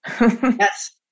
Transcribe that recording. Yes